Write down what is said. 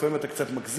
לפעמים אתה קצת מגזים,